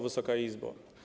Wysoka Izbo!